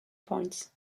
points